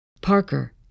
Parker